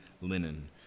linen